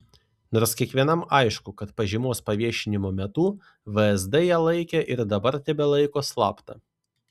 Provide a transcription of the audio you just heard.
nors kiekvienam aišku kad pažymos paviešinimo metu vsd ją laikė ir dabar tebelaiko slapta